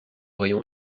rayon